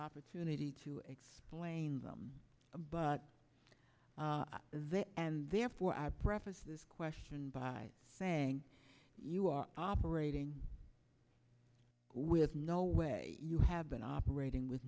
opportunity to explain them but they and therefore i preface this question by saying you are operating with no way you have been operating with